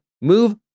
move